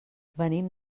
venim